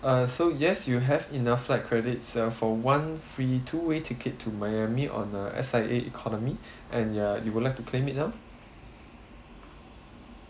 uh so yes you have enough like credit itself for one free two way ticket to miami on a S_I_A economy and ya you would like to claim it now